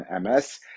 MS